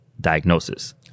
diagnosis